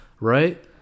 right